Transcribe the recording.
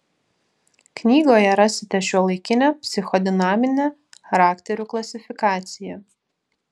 knygoje rasite šiuolaikinę psichodinaminę charakterių klasifikaciją